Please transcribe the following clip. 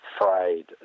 afraid